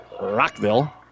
Rockville